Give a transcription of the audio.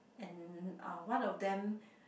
and uh one of them